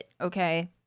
okay